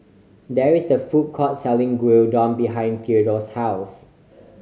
there is a food court selling Gyudon behind Theadore's house